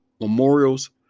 Memorials